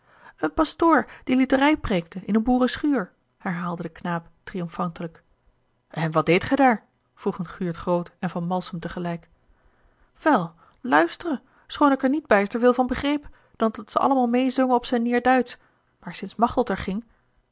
een pastoor die lutherij preekte in eene boerenschuur herhaalde de knaap triomfantelijk en wat deedt gij daar vroegen guurt groot en van malsem tegelijk wel luisteren schoon ik er niet bijster veel van begreep dan dat ze allemaal meêzongen op zijn neêrduitsch maar sinds machteld er ging